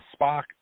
Spock